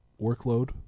workload